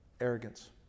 arrogance